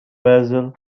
brazil